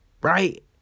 right